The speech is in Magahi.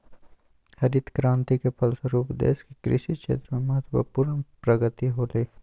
हरित क्रान्ति के फलस्वरूप देश के कृषि क्षेत्र में महत्वपूर्ण प्रगति होलय